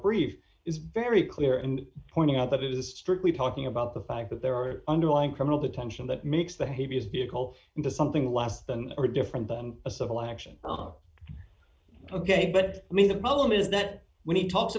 brief is very clear and pointing out that it is strictly talking about the fact that there are underlying criminal potential that makes the heaviest vehicle into something less than or different than a civil action ok but i mean the problem is that when he talks